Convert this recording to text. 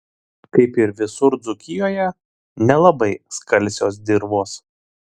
kaip ir visur dzūkijoje nelabai skalsios dirvos